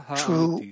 true